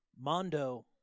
Mondo